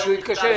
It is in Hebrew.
מישהו יתקשר,